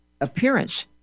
appearance